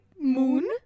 moon